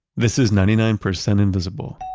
this is ninety nine percent invisible.